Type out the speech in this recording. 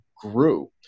grew